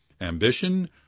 Ambition